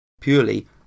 purely